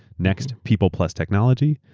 next, people plus technology,